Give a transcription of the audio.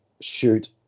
shoot